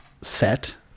set